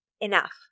enough